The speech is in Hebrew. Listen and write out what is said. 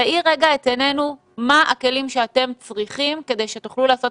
תאיר את עינינו ותאמר מה הכלים שאתם צריכים כדי שתוכלו לעשות